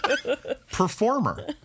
Performer